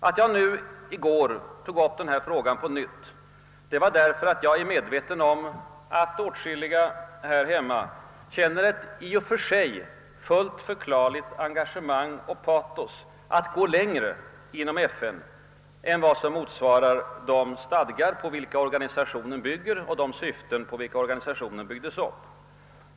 Anledningen till att jag i går på nytt tog upp denna fråga är att jag är medveten om att åtskilliga här hemma känner ett i och för sig förklarligt enga gemang och patos för att gå längre inom FN än vad som motsvarar de stadgar på vilka organisationen bygger och de syften för vilka organisationen skapades.